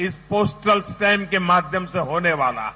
इस postal stamp के माध्यम से होने वाला है